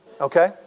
Okay